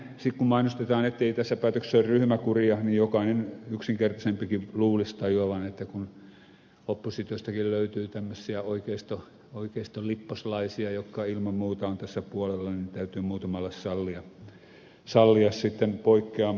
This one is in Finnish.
sitten kun mainostetaan ettei tässä päätöksessä ole ryhmäkuria niin jokaisen yksinkertaisemmankin luulisi tajuavan että kun oppositiostakin löytyy tämmöisiä oikeistolipposlaisia jotka ilman muuta ovat tässä puolella niin täytyy muutamalle sallia sitten poikkeama